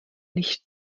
nicht